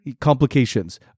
complications